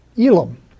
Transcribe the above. Elam